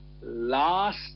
last